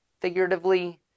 figuratively